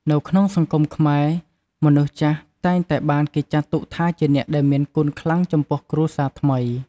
នៅក្នុងសង្គមខ្មែរ មនុស្សចាស់តែងតែបានគេចាត់ទុកថាជាអ្នកដែលមានគុណខ្លាំងចំពោះគ្រួសារថ្មី។